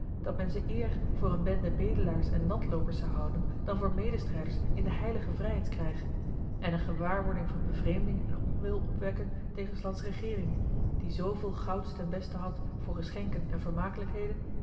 dat men ze eer voor eene bende bedelaars en landloopers zou houden dan voor medestrijders in den heiligen vrijheidskrijg en eene gewaarwording van bevreemding en onwil opwekken tegen s lands regeering die zooveel gouds ten beste had voor geschenken en vermakelijkheden